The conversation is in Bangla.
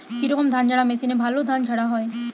কি রকম ধানঝাড়া মেশিনে ভালো ধান ঝাড়া হয়?